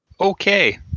Okay